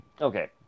Okay